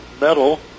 metal